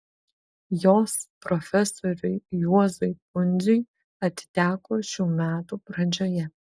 jos profesoriui juozui pundziui atiteko šių metų pradžioje